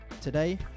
today